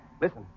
listen